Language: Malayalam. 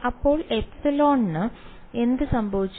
അപ്പോൾ ε യ്ക്ക് എന്ത് സംഭവിച്ചു